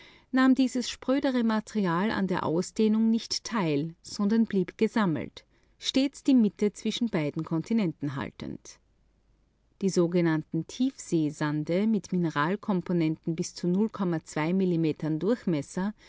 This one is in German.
nahm dieses sprödere material an der ausdehnung nicht teil sondern blieb gesammelt stets die mitte zwischen beiden kontinenten haltend die sogenannten tiefseesande mit mineralkomponenten bis zu nun zwei millimeter durchmesser